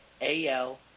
AL